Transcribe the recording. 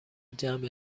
جمع